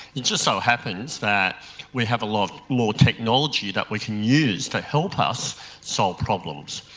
it just so happens that we have a lot more technology that we can use to help us solve problems.